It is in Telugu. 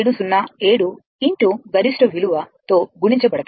707 గరిష్ట విలువ తో గుణించబడతాయి